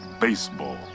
baseball